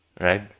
right